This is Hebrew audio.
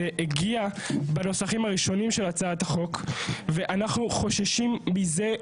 זה הגיע בנוסחים הראשונים של הצעת החוק ואנחנו חוששים מזה מאוד.